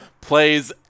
plays